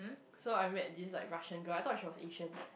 so I met this like Russian guy I thought he was Asian